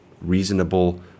reasonable